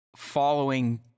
following